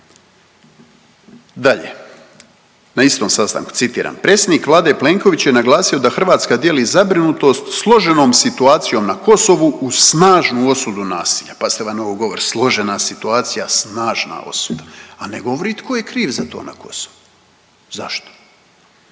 Dalje, na istom sastanku citiram „Predsjednik Vlade Plenković je naglasio da Hrvatska dijeli zabrinutost složenom situacijom na Kosovu uz snažnu osudu nasilja.“. Pazite ovaj novogovor složena situacija, snažna osuda, a ne govori tko je kriv za to na Kosovu. Zašto?